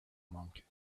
monk